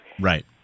Right